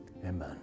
Amen